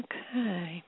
Okay